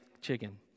chicken